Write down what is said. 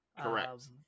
Correct